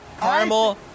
caramel